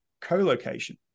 co-location